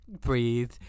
Breathe